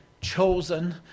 chosen